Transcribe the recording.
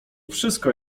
wszystko